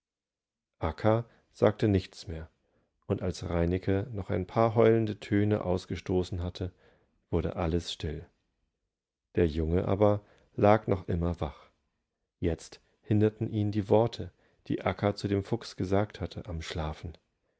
sagte nichts mehr und als reineke noch ein paar heulende töne ausgestoßen hatte wurde alles still der junge aber lag noch immer wach jetzt hinderten ihn die worte die akka zu dem fuchs gesagt hatte am schlafen